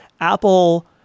Apple